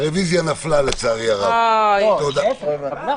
הצבעה אושרה.